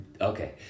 okay